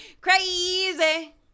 crazy